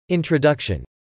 Introduction